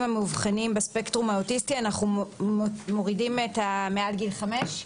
המאובחנים בספקטרום האוטיסטי אנחנו מורידים את "מעל גיל חמש"?